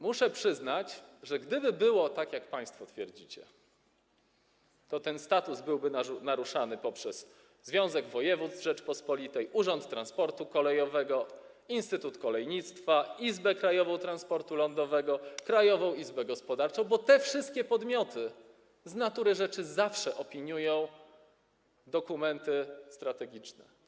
Muszę przyznać, że gdyby było tak, jak państwo twierdzicie, to ten status byłby naruszany przez Związek Województw Rzeczypospolitej Polskiej, Urząd Transportu Kolejowego, Instytut Kolejnictwa, krajową izbę transportu lądowego czy Krajową Izbę Gospodarczą, bo te wszystkie podmioty z natury rzeczy zawsze opiniują dokumenty strategiczne.